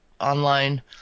online